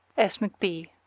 s. mcb. the